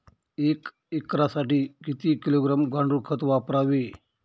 एक एकरसाठी किती किलोग्रॅम गांडूळ खत वापरावे?